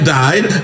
died